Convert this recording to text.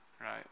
Right